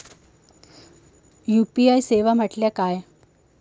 UPI सेवा म्हटल्या काय?